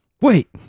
Wait